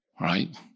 right